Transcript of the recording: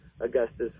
Augustus